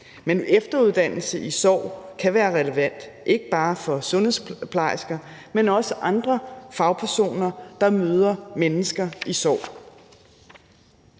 Men efteruddannelse i sorg kan være relevant, ikke bare for sundhedsplejersker, men også for andre fagpersoner, der møder mennesker i sorg.